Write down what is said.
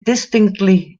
distinctly